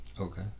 Okay